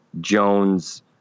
Jones